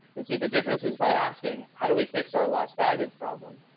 and see, the difference is by asking, how do we fix our lost baggage problem,